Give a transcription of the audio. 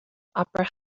opera